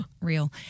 real